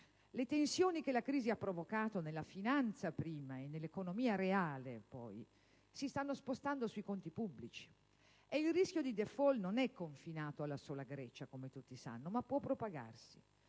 Le tensioni che la crisi ha provocato nella finanza prima e nell'economia reale poi si stanno spostando sui conti pubblici: il rischio di *default* non è confinato alla sola Grecia, come tutti sanno, ma può propagarsi;